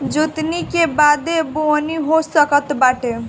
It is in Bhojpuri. जोतनी के बादे बोअनी हो सकत बाटे